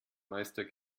meister